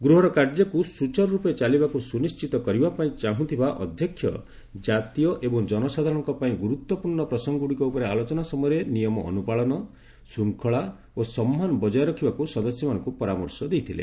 ଗୃହର କାର୍ଯ୍ୟକୁ ସୂଚାରୁରୂପେ ଚାଲିବାକୁ ସୁନିଶ୍ଚିତ କରିବା ପାଇଁ ଚାହୁଁଥିବା ଅଧ୍ୟକ୍ଷ କାତୀୟ ଏବଂ ଜନସାଧାରଣଙ୍କ ପାଇଁ ଗୁରୁତ୍ୱପୂର୍ଣ୍ଣ ପ୍ରସଙ୍ଗଗୁଡିକ ଉପରେ ଆଲୋଚନା ସମୟରେ ନିୟମ ଅନୁପାଳନ ଶୃଙ୍ଖଳା ଓ ସମ୍ମାନ ବଜାୟୀ ରଖିବାକୁ ସଦସ୍ୟମାନଙ୍କୁ ପରାମର୍ଶ ଦେଇଥିଲେ